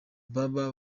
baba